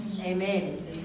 Amen